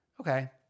Okay